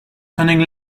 turning